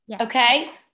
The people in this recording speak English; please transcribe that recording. okay